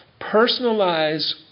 personalize